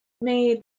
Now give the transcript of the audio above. made